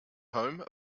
home